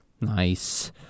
Nice